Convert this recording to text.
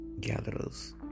gatherers